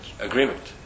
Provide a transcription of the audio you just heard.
agreement